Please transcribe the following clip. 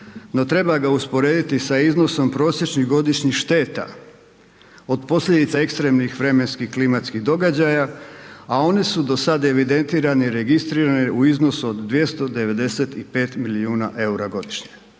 no treba ga usporediti sa iznosom prosječnih godišnjih šteta od posljedica ekstremnih vremenskih klimatskih događaja, a one su do sad evidentirane i registrirane u iznosu od 295 milijuna eura godišnje.